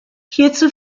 hierzu